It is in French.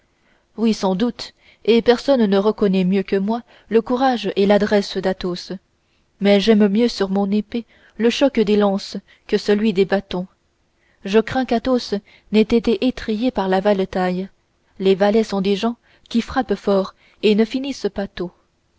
oui sans doute et personne ne reconnaît mieux que moi le courage et l'adresse d'athos mais j'aime mieux sur mon épée le choc des lances que celui des bâtons je crains qu'athos n'ait été étrillé par de la valetaille les valets sont gens qui frappent fort et ne finissent pas tôt